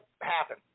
happen